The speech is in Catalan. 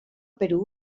perú